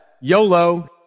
YOLO